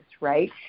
right